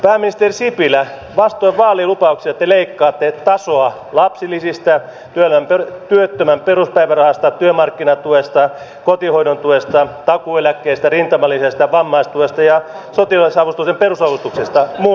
pääministeri sipilä vastoin vaalilupauksia te leikkaatte tasoa lapsilisistä työttömän peruspäivärahasta työmarkkinatuesta kotihoidon tuesta takuueläkkeistä rintamalisästä vammaistuesta ja sotilasavustuksen perusavustuksesta muun muassa